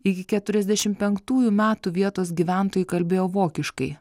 iki keturiasdešim penktųjų metų vietos gyventojai kalbėjo vokiškai